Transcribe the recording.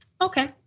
Okay